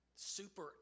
super